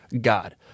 God